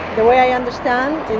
the way i understand,